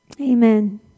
Amen